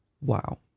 Wow